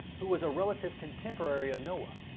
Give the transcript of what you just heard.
who was a relative contemporary of noah,